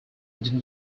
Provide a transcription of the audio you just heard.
did